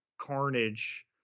carnage